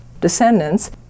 descendants